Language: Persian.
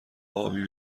ابی